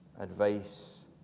advice